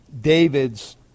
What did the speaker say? David's